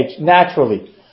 naturally